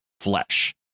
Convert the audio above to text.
flesh